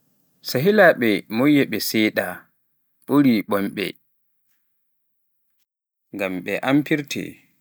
sehilaaɓe moƴƴuɓe seeɗa ɓuri bonɓe, ngam ɓe amfirte.